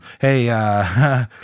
Hey